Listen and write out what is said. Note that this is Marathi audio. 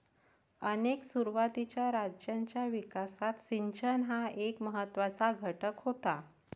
अनेक सुरुवातीच्या राज्यांच्या विकासात सिंचन हा एक महत्त्वाचा घटक होता